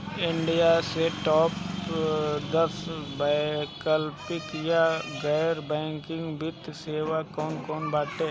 India में top दस वैकल्पिक या गैर बैंकिंग वित्तीय सेवाएं कौन कोन बाटे?